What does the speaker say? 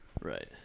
Right